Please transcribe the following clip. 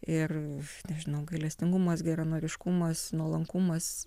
ir nežinau gailestingumas geranoriškumas nuolankumas